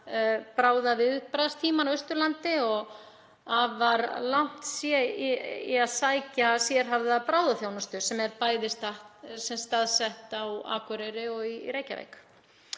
bráðaviðbragðstímann á Austurlandi og afar langt er að sækja sérhæfða bráðaþjónustu sem er bæði staðsett á Akureyri og í Reykjavík.